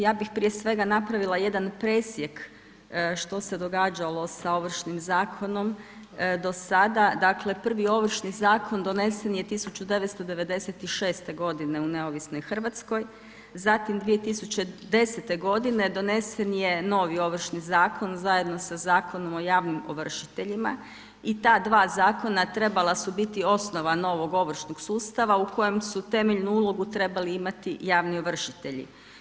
Ja bih prije svega napravila jedan presjek što se događalo sa Ovršnim zakonom do sada, dakle prvi Ovršni zakon donesen je 1996. godine u neovisnoj Hrvatskoj, zatim 2010. godine donesen je novi Ovršni zakon zajedno sa Zakonom o javnim ovršiteljima i ta dva zakona trebala su biti osnova novog ovršnog sustava u kojem su temeljnu ulogu trebali imati javni ovršitelji.